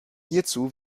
hierzu